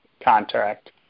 contract